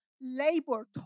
labor